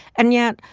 and yet,